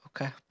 Okay